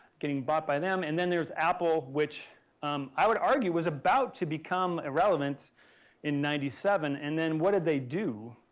getting bought by them. and then there's apple, which um i would argue was about to become irrelevant in ninety seven and then what did they do?